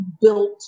built